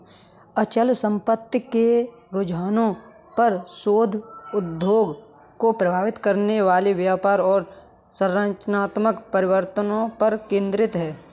अचल संपत्ति के रुझानों पर शोध उद्योग को प्रभावित करने वाले व्यापार और संरचनात्मक परिवर्तनों पर केंद्रित है